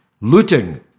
looting